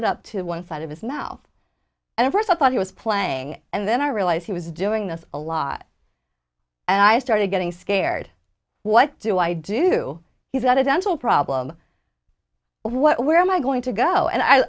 it up to one side of us now and first i thought he was playing and then i realised he was doing this a lot and i started getting scared what do i do he's got a dental problem where am i going to go and i